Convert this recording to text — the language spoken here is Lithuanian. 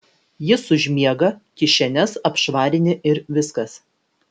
jis užmiega kišenes apšvarini ir viskas